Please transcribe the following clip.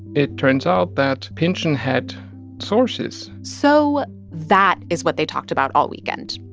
it turns out that pynchon had sources so that is what they talked about all weekend,